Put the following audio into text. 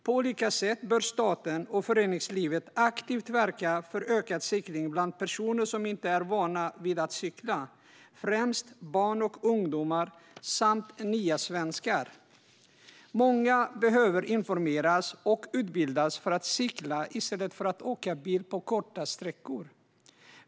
På olika sätt bör staten och föreningslivet aktivt verka för ökad cykling bland personer som inte är vana vid att cykla. Det gäller främst barn och ungdomar samt nya svenskar. Många behöver informeras och utbildas för att cykla i stället för att åka bil kortare sträckor.